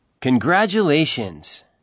Congratulations